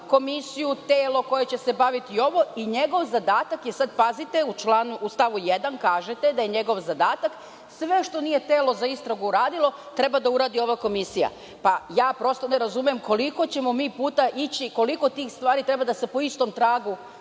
komisiju, telo koje će se baviti ovim, i sad pazite, u stavu 1. kažete da je njegov zadatak - sve što nije telo za istragu uradilo treba da uradi ova komisija. Pa prosto ne razumem koliko ćemo mi puta ići, koliko tih stvari treba da se po istom tragu